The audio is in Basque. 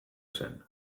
zen